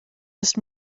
ist